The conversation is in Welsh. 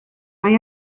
mae